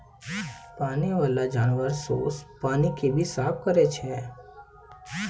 पानी बाला जानवर सोस पानी के भी साफ करै छै